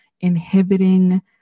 inhibiting